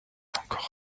encore